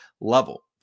level